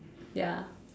ya